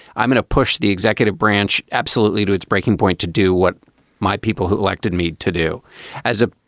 i'm in a push, the executive branch. absolutely to its breaking point to do what my people who elected me to do as a.